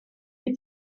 die